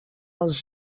els